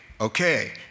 okay